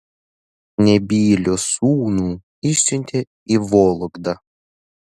nebylio sūnų išsiuntė į vologdą